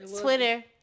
Twitter